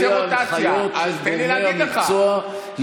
על פי ההנחיות של גורמי המקצוע, שנייה אחת.